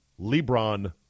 LeBron